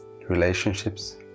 relationships